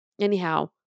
Anyhow